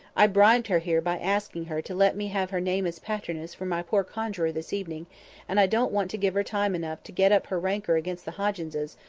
i bribed her here by asking her to let me have her name as patroness for my poor conjuror this evening and i don't want to give her time enough to get up her rancour against the hogginses,